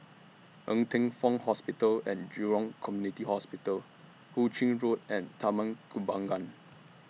Ng Teng Fong Hospital and Jurong Community Hospital Hu Ching Road and Taman Kembangan